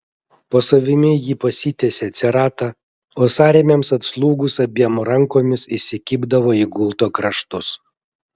po savimi ji pasitiesė ceratą o sąrėmiams atslūgus abiem rankomis įsikibdavo į gulto kraštus